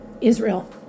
Israel